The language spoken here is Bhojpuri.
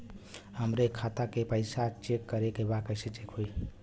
हमरे खाता के पैसा चेक करें बा कैसे चेक होई?